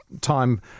time